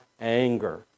anger